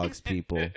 people